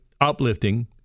uplifting